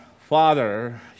Father